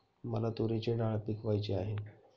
मला तूरीची डाळ पिकवायची आहे